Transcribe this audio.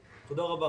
הלוואי.